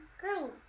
girl